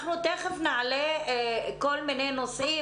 תכף נעלה כל מיני נושאים.